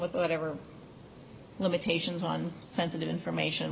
with whatever limitations on sensitive information